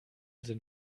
sind